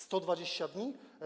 120 dni?